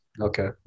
Okay